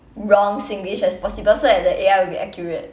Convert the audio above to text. wrong singlish as possible so that the A_R will be accurate